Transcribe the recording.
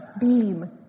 beam